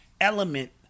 element